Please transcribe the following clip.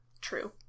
True